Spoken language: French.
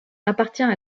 appartient